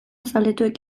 zaletuek